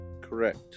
correct